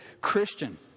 Christian